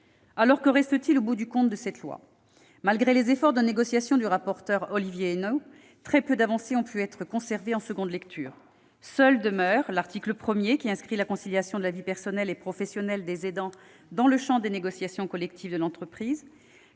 Que reste-t-il, au bout du compte, de cette loi ? Malgré les efforts de négociations du rapporteur, Olivier Henno, très peu d'avancées ont pu être conservées en seconde lecture. Seuls demeurent l'article 1, qui inscrit la conciliation de la vie personnelle et professionnelle des aidants dans le champ des négociations collectives d'entreprise,